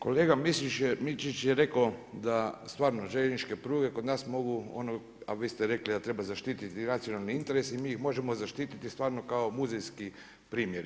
Kolega Mišić je rekao da stvarno željezničke pruge kod nas mogu ono, a vi ste rekli da treba zaštititi nacionalni interes i mi ih možemo zaštititi stvarno kao muzejski primjer.